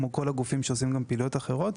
כמו כל הגופים שעושים גם פעילויות אחרות.